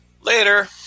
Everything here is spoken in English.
Later